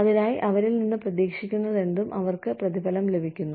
അതിനായി അവരിൽ നിന്ന് പ്രതീക്ഷിക്കുന്നതെന്തും അവർക്ക് പ്രതിഫലം ലഭിക്കുന്നു